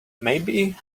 maybe